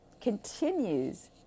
continues